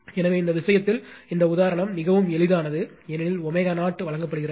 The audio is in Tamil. எனவே இந்த விஷயத்தில் இந்த உதாரணம் மிகவும் எளிதானது ஏனெனில் ω0 வழங்கப்படுகிறது